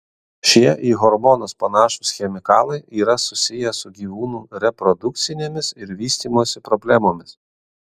šie į hormonus panašūs chemikalai yra susiję su gyvūnų reprodukcinėmis ir vystymosi problemomis